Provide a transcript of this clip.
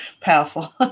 powerful